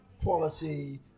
Quality